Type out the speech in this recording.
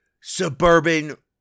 suburban